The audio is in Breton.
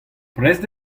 prest